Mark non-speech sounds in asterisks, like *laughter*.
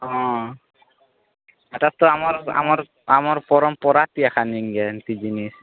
ହଁ ହେଟା ତ ଆମର ଆମର ଆମର ପରମ୍ପରା ଥି ହାନି *unintelligible* ସେ ଜିନିଷ